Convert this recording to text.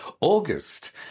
August